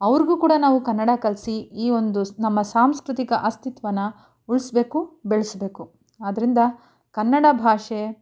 ಅವ್ರಿಗೂ ಕೂಡ ನಾವು ಕನ್ನಡ ಕಲಿಸಿ ಈ ಒಂದು ನಮ್ಮ ಸಾಂಸ್ಕೃತಿಕ ಅಸ್ತಿತ್ವನ ಉಳಿಸ್ಬೇಕು ಬೆಳೆಸ್ಬೇಕು ಆದ್ದರಿಂದ ಕನ್ನಡ ಭಾಷೆ